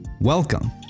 Welcome